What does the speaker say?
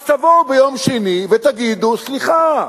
אז תבואו ביום שני ותגידו: סליחה,